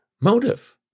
motive